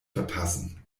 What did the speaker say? verpassen